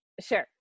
Sure